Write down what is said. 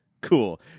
Cool